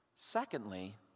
Secondly